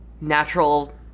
natural